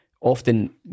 often